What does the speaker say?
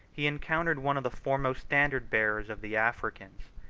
he encountered one of the foremost standard-bearers of the africans,